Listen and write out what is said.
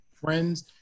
friends